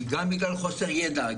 חוסר ידע,